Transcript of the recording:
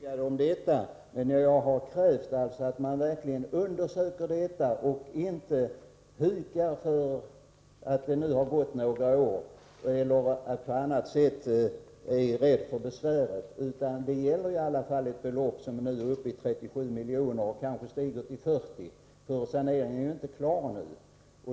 Herr talman! Det är jag övertygad om. Men jag har krävt att man verkligen skall undersöka den här saken och inte drar sig för att göra det eftersom det nu har gått några år eller därför att man är rädd för besväret. Det gäller i alla fall ett belopp som är uppe i 37 miljoner och som kanske stiger till 40 miljoner, eftersom saneringen ännu inte är klar.